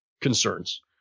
concerns